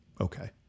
Okay